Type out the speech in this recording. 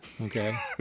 Okay